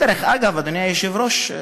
דרך אגב, אדוני היושב-ראש,